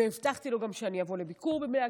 והבטחתי לו גם שאני אבוא לביקור בבני עקיבא,